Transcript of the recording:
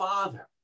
Father